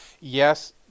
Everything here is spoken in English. Yes